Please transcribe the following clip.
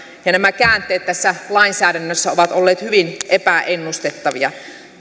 ja nämä käänteet tässä lainsäädännössä ovat olleet hyvin epäennustettavia